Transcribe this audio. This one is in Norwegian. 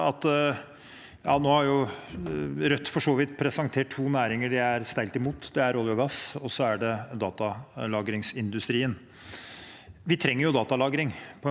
så vidt nå presentert to næringer de er sterkt imot. Det er olje og gass, og så er det datalagringsindustrien. Vi trenger jo datalagring